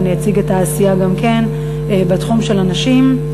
אני אציג את העשייה גם בתחום של הנשים.